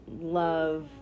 love